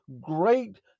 great